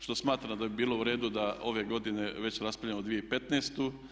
Što smatram da bi bilo u redu da ove godine već raspravljamo o 2015.